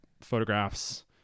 photographs